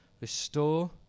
Restore